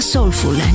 Soulful